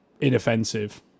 inoffensive